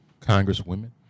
Congresswomen